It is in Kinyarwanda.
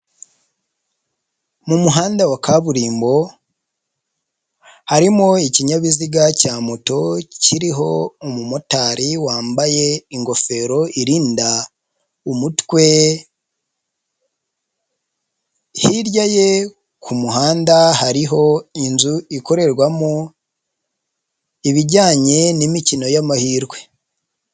Mu muhanda wa kaburimbo, harimo ikinyabiziga cya moto kiriho umumotari wambaye ingofero irinda umutwe, hirya ye ku muhanda hariho inzu ikorerwamo, ibijyanye n'imikino y'amahirwe.